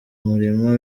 murimo